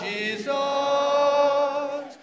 Jesus